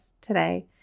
today